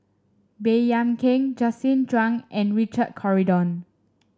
Baey Yam Keng Justin Zhuang and Richard Corridon